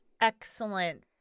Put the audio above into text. Excellent